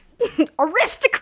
aristocrat